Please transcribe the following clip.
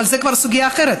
אבל זו כבר סוגיה אחרת.